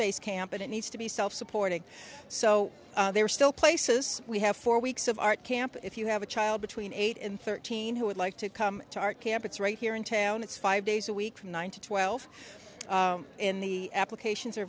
base camp and it needs to be self supporting so there are still places we have four weeks of art camp if you have a child between eight and thirteen who would like to come to our campus right here in town it's five days a week from nine to twelve in the applications are